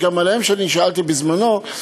וגם עליהם שאלתי בזמנם: